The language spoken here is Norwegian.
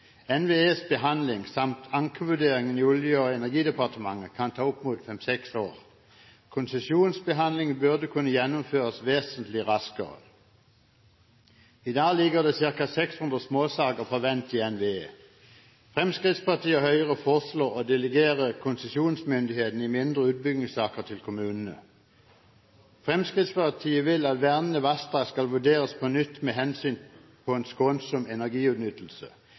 NVEs behandling samt ankevurderingen i Olje- og energidepartement kan ta opp mot fem–seks år. Konsesjonsbehandlingene burde kunne gjennomføres vesentlig raskere. I dag ligger det ca. 600 småkraftsaker på vent i NVE. Fremskrittspartiet og Høyre foreslår å delegere konsesjonsmyndigheten i mindre utbyggingssaker til kommunene. Fremskrittspartiet vil at vernede vassdrag skal vurderes på nytt med hensyn til en skånsom energiutnyttelse.